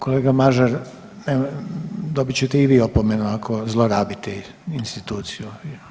Kolega Mažar, .../nerazumljivo/... dobit ćete i vi opomenu ako zlorabite instituciju.